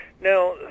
Now